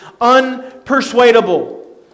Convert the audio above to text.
unpersuadable